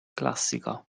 classica